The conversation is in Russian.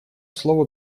слово